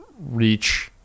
reach